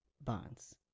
bonds